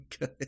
good